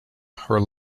her